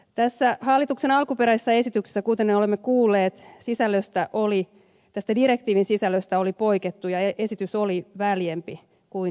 tässä hallituksen alkuperäisessä esityksessä kuten olemme kuulleet tästä direktiivin sisällöstä oli poikettu ja esitys oli väljempi kuin direktiivi edellytti